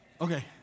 Okay